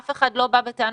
אף אחד לא בא בטענות,